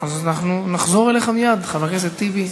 הוא מעביר את המסר שהחברה הישראלית בכללותה,